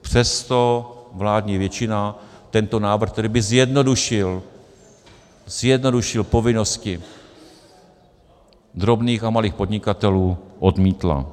Přesto vládní většina tento návrh, který by zjednodušil zjednodušil povinnosti drobných a malých podnikatelů, odmítla.